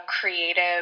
creative